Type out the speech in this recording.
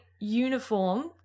uniform